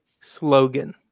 slogan